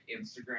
Instagram –